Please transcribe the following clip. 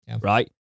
right